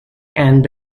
and